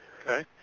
Okay